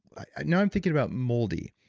now i'm thinking about moldy.